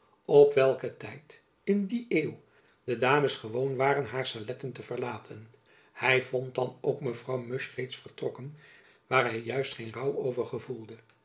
op welken tijd in die eeuw de dames gewoon waren haar saletten te verlaten hy vond dan ook mevrouw musch reeds vertrokken waar hy juist geen rouw over gevoelde